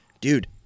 dude